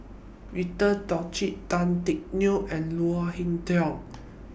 Victor Doggett Tan Teck Neo and Leo Hee Tong